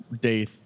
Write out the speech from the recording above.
day